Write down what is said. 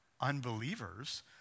unbelievers